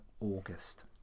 August